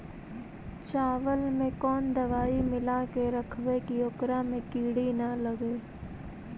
चावल में कोन दबाइ मिला के रखबै कि ओकरा में किड़ी ल लगे?